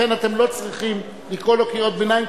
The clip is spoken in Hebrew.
לכן אתם לא צריכים לקרוא לו קריאות ביניים,